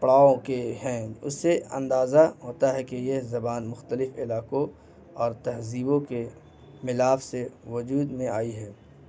پڑاؤ کے ہیں اس سے اندازہ ہوتا ہے کہ یہ زبان مختلف علاقوں اور تہذیبوں کے ملاپ سے وجود میں آئی ہے